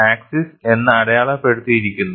axis എന്ന് അടയാളപ്പെടുത്തിയിരിക്കുന്നു